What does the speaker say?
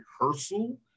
rehearsal